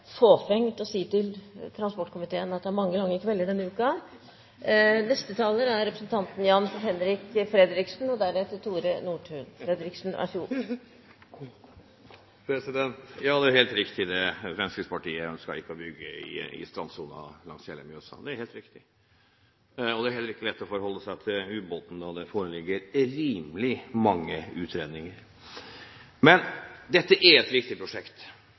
fåfengt å si til transportkomiteen at det er mange lange kvelder denne uken … Ja, det er helt riktig det, Fremskrittspartiet ønsker ikke å bygge i strandsonen langs hele Mjøsa – det er helt riktig. Det er heller ikke lett å forholde seg til ubåten, da det foreligger rimelig mange utredninger. Dette er et viktig prosjekt,